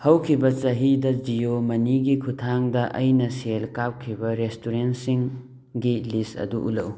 ꯍꯧꯈꯤꯕ ꯆꯍꯤꯗ ꯖꯤꯌꯣ ꯃꯅꯤꯒꯤ ꯈꯨꯠꯊꯥꯡꯗ ꯑꯩꯅ ꯁꯦꯜ ꯀꯥꯞꯈꯤꯕ ꯔꯦꯁꯇꯣꯔꯦꯟ ꯁꯤꯡꯒꯤ ꯂꯤꯁ ꯑꯗꯨ ꯎꯠꯂꯛꯎ